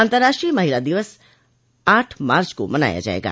अंतरराष्ट्रीय महिला दिवस आठ मार्च को मनाया जायेगा